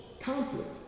conflict